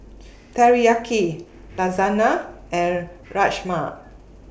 Teriyaki Lasagna and Rajma